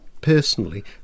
personally